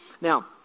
Now